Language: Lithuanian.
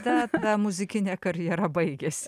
ta ta muzikinė karjera baigėsi